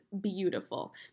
beautiful